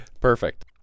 perfect